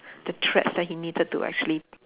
the threats that he needed to actually